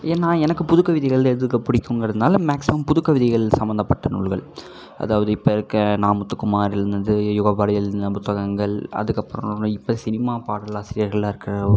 ஏன்னா எனக்கு புது கவிதைகள் எழுதுறக்கு பிடிக்குங்கிறதுனால மேக்சிமம் புது கவிதைகள் சம்மந்தப்பட்ட நூல்கள் அதாவது இப்போ இருக்க நா முத்துக்குமார் எழுதுனது யுகபராதி எழுதின புத்தகங்கள் அதுக்கப்புறம் இப்போ சினிமா பாடல் ஆசிரியர்களாக இருக்க